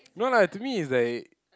no lah to me is like